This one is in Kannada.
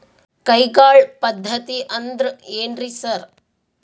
ಕೈಗಾಳ್ ಪದ್ಧತಿ ಅಂದ್ರ್ ಏನ್ರಿ ಸರ್?